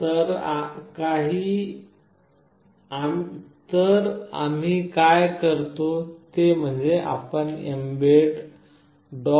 तर आम्ही काय करतो ते म्हणजे आपण mbed